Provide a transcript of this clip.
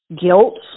guilt